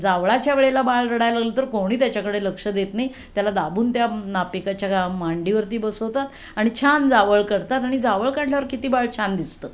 जावळाच्या वेळेला बाळ रडायला लागलं तर कोणी त्याच्याकडे लक्ष देत नाही त्याला दाबून त्या नापिताच्या गा मांडीवरती बसवतात आणि छान जावळ कढतात आणि जावळ काढल्यावर किती बाळ छान दिसतं